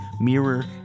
Mirror